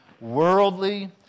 worldly